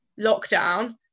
lockdown